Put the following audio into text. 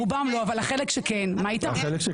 רובן לא, אבל החלק שכן מה איתו?